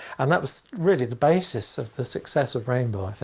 and that was really the basis of the success of rainbow,